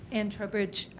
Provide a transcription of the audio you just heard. ann trowbridge,